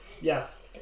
yes